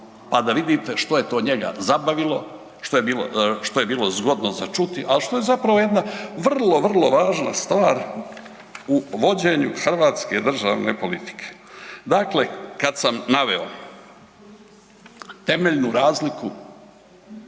pa da vidite što je to njega zabavilo što je bilo zgodno za čuti, a što je zapravo jedna vrlo, vrlo važna stvar u vođenju hrvatske državne politike. Dakle, kad sam naveo temeljnu razliku,